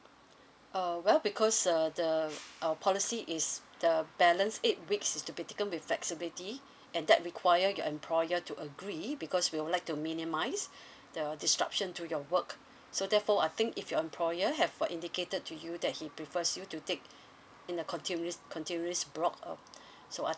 uh well because uh the our policy is the balance eight weeks is to be taken with flexibility and that require your employer to agree because we'll like to minimise the disruption to your work so therefore I think if your employer have uh indicated to you that he prefers you to take in a continuous continuous block um so I